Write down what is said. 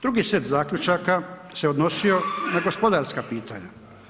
Drugi set zaključaka se odnosi na gospodarska pitanja.